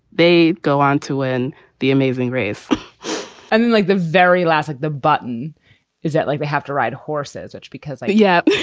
they go on to win the amazing race and then, like the very classic, the button is that like they have to ride horses, which because. yeah.